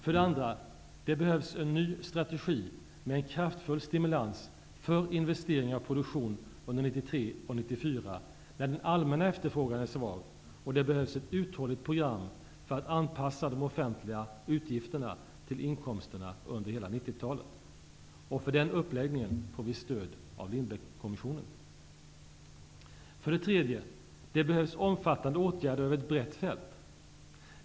För det andra: Det behövs en ny strategi med en kraftfull stimulans för investeringar och produktion under 1993--1994 när den allmänna efterfrågan är svag, och det behövs ett uthålligt program för att anpassa de offentliga utgifterna till inkomsterna under hela 1990-talet. För den uppläggningen får vi stöd av Lindbeckkommissionen. För det tredje: Det behövs omfattande åtgärder över ett brett fält.